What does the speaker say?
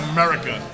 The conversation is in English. America